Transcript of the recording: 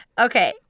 Okay